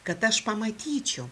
kad aš pamatyčiau